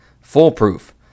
Foolproof